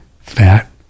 fat